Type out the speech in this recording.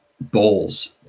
bowls